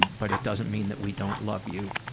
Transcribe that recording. but it doesn't mean that we don't love you,